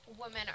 women